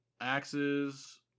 axes